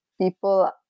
people